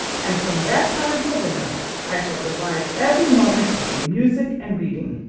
and from that time till dinner i shall divide every moment between music and reading.